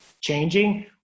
changing